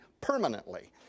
permanently